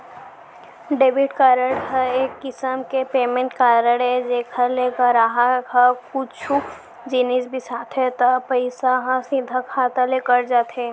debit card ह एक किसम के पेमेंट कारड अय जेकर ले गराहक ह कुछु जिनिस बिसाथे त पइसा ह सीधा खाता ले कट जाथे